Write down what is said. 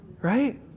right